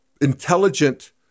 intelligent